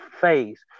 phase